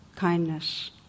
kindness